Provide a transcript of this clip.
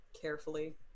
carefully